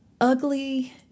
ugly